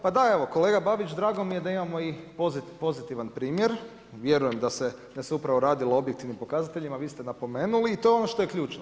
Pa da evo, kolega Babić, drago mi je da imamo i pozitivan primjer, vjerujem da se upravo radilo o objektivnim pokazateljima, vi ste napomenuli i to je ono što je ključno.